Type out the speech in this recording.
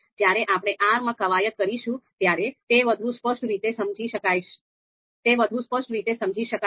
જ્યારે આપણે R માં કવાયત કરીશું ત્યારે તે વધુ સ્પષ્ટ રીતે સમજી શકાશે